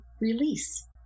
release